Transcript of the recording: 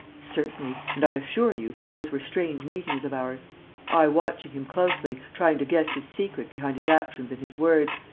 certainly. and, i assure you, those were strange meetings of ours i watching him closely, trying to guess his secret behind his actions and his words,